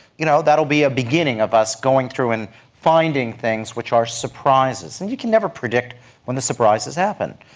you know that will be a beginning of us going through and finding things which are surprises. and you can never predict when the surprises happen.